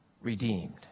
redeemed